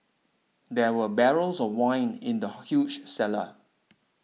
there were barrels of wine in the huge cellar